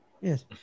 Yes